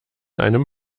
einem